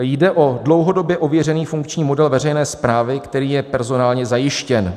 Jde o dlouhodobě ověřený funkční model veřejné správy, který je personálně zajištěn.